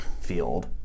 field